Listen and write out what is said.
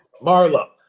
Marlo